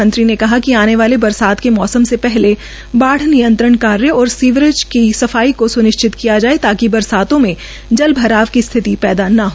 मंत्री ने कहा कि आने वाले बरसात के मौसम से पहले बाद नियंत्रंण कार्य और सीवरेज की सफाई को सुनिश्चित किया जाए ताकि बरसातों में जल भराव की स्थिति पैदा न हो